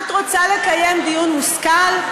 את רוצה לקיים דיון מושכל?